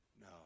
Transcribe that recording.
No